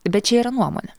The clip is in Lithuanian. bet čia yra nuomonė